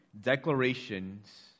declarations